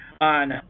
on